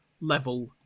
level